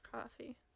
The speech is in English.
coffee